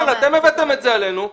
אתם הבאתם את זה עלינו,